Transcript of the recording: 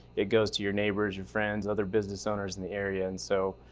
it goes to your neighbors, your friends, other business owners in the area. and so,